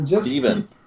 Steven